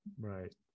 Right